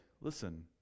listen